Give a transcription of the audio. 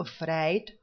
afraid